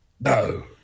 No